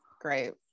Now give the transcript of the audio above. great